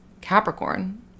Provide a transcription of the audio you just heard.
capricorn